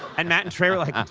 and matt and trey are like,